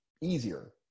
easier